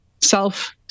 Self